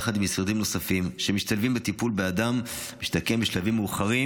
יחד עם משרדים נוספים שמשתלבים בטיפול באדם המשתקם בשלבים מאוחרים,